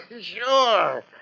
Sure